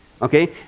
Okay